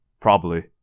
Probably